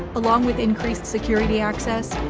along with increased security access,